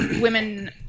women